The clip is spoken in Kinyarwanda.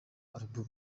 album